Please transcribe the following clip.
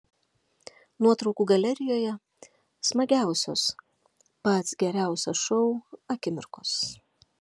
nuotraukų galerijoje smagiausios pats geriausias šou akimirkos